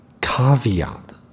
caveat